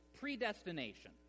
predestination